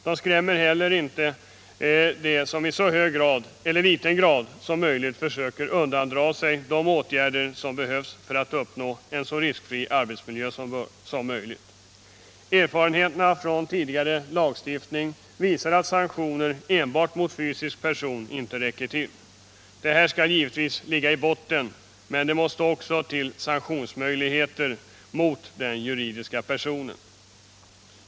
Det skrämmer inte heller dem som i stor eller liten utsträckning försöker undandra sig de åtgärder som behövs för att uppnå en så riskfri arbetsmiljö som möjligt. Erfarenheterna från tidigare lagstiftning visar att sanktioner enbart mot fysisk person inte räcker till. Dessa sanktioner skall givetvis ligga i botten, men det måste också till sanktionsmöjligheter mot den juridiska personen.